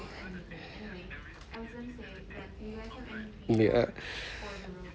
ya